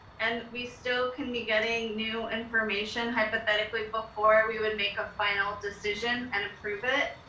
and we still can be getting new information hypothetically before we would make a final decision and approve it,